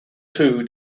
too